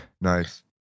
nice